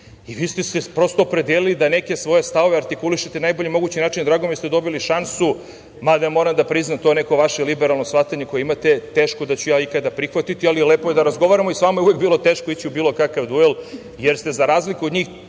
i vi ste se prosto opredelili da neke svoje stavove artikulišete na najbolji mogući način. Drago mi je da ste dobili šansu, mada moram da priznam to neko vaše liberalno shvatanje koje imate teško da ću ja ikada prihvatiti, ali lepo je da razgovaramo i sa vama je uvek bilo teško ići u bilo kakav duel jer ste za razliku od njih